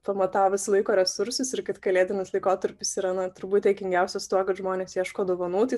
pamatavusi laiko resursus ir kad kalėdinis laikotarpis yra na turbūt dėkingiausias tuo kad žmonės ieško dovanų tai